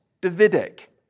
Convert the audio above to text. Davidic